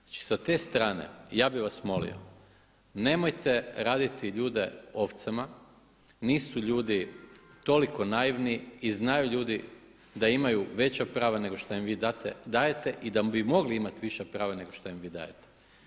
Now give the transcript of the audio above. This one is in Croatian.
Znači sa te strane ja bih vas molio nemojte raditi ljude ovcama, nisu ljudi toliko naivni i znaju ljudi da imaju veća prava nego šta im vi dajete i da bi mogli imati viša prava nego što im vi dajete.